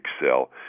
excel